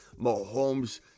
Mahomes